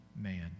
man